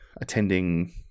attending